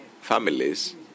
families